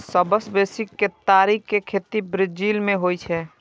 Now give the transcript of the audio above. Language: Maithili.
सबसं बेसी केतारी के खेती ब्राजील मे होइ छै